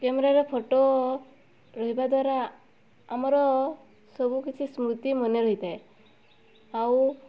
କ୍ୟାମେରାର ଫଟୋ ରହିବା ଦ୍ୱାରା ଆମର ସବୁ କିଛି ସ୍ମୃତି ମନେ ରହିଥାଏ ଆଉ